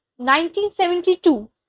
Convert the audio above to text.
1972